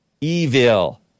Evil